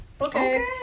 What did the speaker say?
Okay